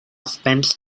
spends